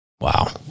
Wow